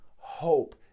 hope